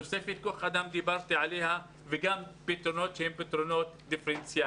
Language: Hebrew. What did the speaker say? על תוספת כוח אדם דיברתי וגם על פתרונות שהם פתרונות דיפרנציאליים.